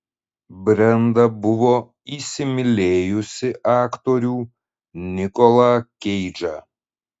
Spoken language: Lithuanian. brenda buvo įsimylėjusi aktorių nikolą keidžą